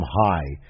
high